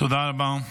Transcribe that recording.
תודה רבה,